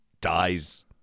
dies